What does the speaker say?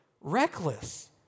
reckless